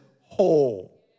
whole